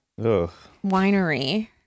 Winery